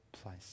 place